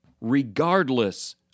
regardless